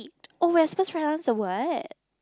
Pete oh we are supposed to write down the word